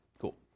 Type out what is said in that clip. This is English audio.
Cool